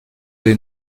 des